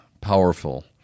powerful